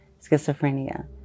schizophrenia